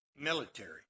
military